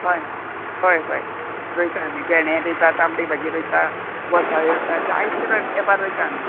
हय हय हय रोयता आमी भेणे रोयता तांबडी भाजी रोयता गोसाळी रोयता जायते एपार रोयता आमी